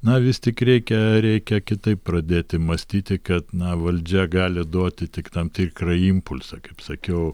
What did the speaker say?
na vis tik reikia reikia kitaip pradėti mąstyti kad na valdžia gali duoti tik tam tikrą impulsą kaip sakiau